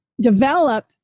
develop